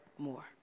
more